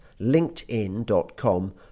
linkedin.com